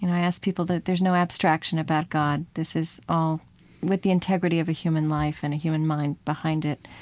and i ask people the there's no abstraction about god. this is all with the integrity of a human life and a human mind behind it.